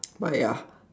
but ya